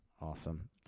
Awesome